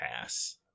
pass